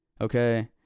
okay